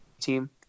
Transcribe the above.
team